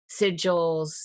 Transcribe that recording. sigils